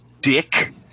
Dick